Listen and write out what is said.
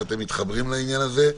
איך אתם מתחברים לעניין הזה?